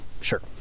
Sure